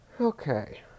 Okay